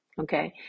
okay